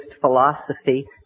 philosophy